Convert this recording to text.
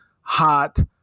hot